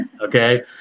Okay